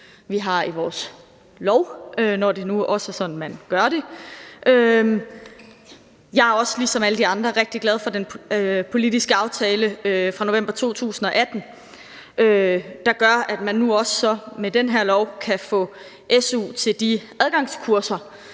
vi har i vores lov, når det nu også er sådan, man gør det. Jeg er også ligesom alle de andre rigtig glad for den politiske aftale fra november 2018, der gør, at man nu også med den her lov kan få su til de adgangskurser